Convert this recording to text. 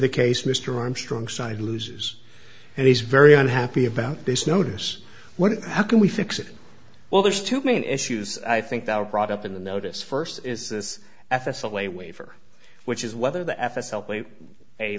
the case mr armstrong side loses and he's very unhappy about this notice what how can we fix it well there's two main issues i think that were brought up in the notice first is this fs away waiver which is whether the